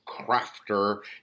crafter